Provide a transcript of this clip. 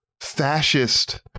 fascist